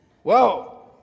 Whoa